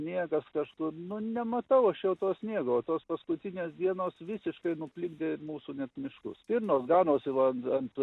sniegas kažkur nu nematau aš jau tos sniego tos paskutinės dienos visiškai nuplikdė mūsų net miškus stirnos ganosi va ant